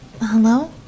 hello